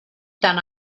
that